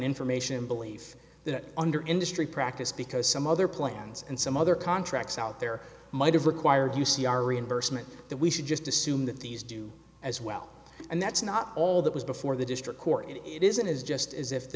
information believe that under industry practice because some other plans and some other contracts out there might have required u c r reimbursement that we should just assume that these do as well and that's not all that was before the district court it isn't is just as if the